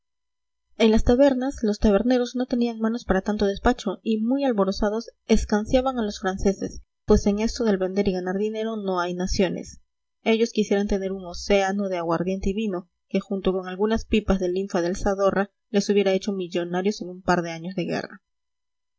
en las tabernas los taberneros no tenían manos para tanto despacho y muy alborozados escanciaban a los franceses pues en esto del vender y ganar dinero no hay naciones ellos quisieran tener un océano de aguardiente y vino que junto con algunas pipas de linfa del zadorra les hubiera hecho millonarios en un par de años de guerra